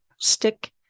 stick